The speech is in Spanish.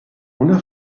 una